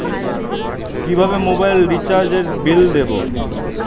কিভাবে মোবাইল রিচার্যএর বিল দেবো?